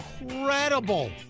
Incredible